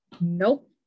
nope